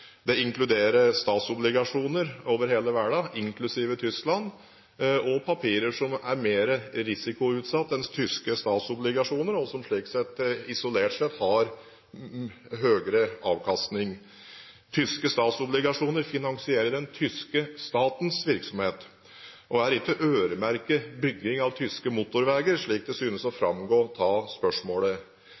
Det inkluderer statsobligasjoner over hele verden, inklusiv Tyskland, og papirer som er mer risikoutsatt enn tyske statsobligasjoner, og som slik sett, isolert sett, har høyere avkastning. Tyske statsobligasjoner finansierer den tyske statens virksomhet og er ikke øremerket bygging av tyske motorveier, slik det synes å framgå av spørsmålet.